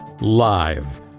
live